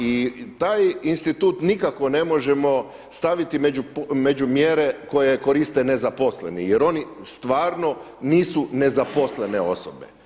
I taj institut nikako ne možemo staviti među mjere koje koriste nezaposleni jer oni stvarno nisu nezaposlene osobe.